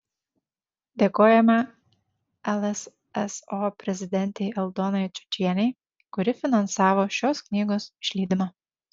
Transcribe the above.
dėkojame lsso prezidentei aldonai čiočienei kuri finansavo šios knygos išleidimą